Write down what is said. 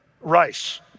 Rice